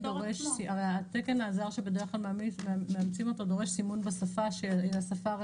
אלא גם על הפטור עצמו.